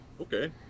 Okay